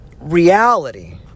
reality